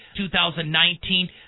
2019